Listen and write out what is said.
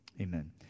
Amen